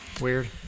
Weird